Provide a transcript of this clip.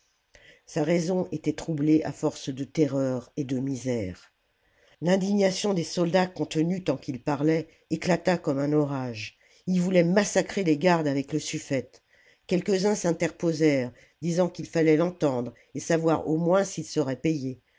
sa raison était troublée à force de terreurs et de misères l'indignation des sidats contenue tant qu'il parlait éclata comme un orage ils voulaient massacrer les gardes avec le suffète quelques-uns s'interposèrent disant qu'il fallait l'entendre et savoir au moins s'ils seraient payés